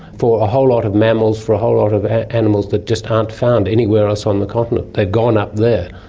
for a whole lot of mammals, for a whole lot of animals that just aren't found anywhere else on the continent, they've gone up there,